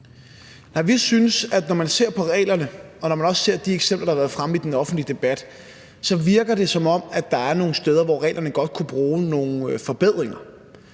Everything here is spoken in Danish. vi synes, at når man ser på reglerne, og når man også ser de eksempler, der har været fremme i den offentlige debat, så virker det, som om der er nogle steder, hvor reglerne godt kunne bruge nogle forbedringer.